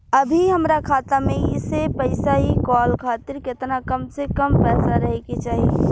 अभीहमरा खाता मे से पैसा इ कॉल खातिर केतना कम से कम पैसा रहे के चाही?